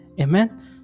Amen